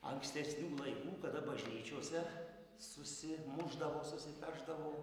ankstesnių laikų kada bažnyčiose susimušdavo susipešdavo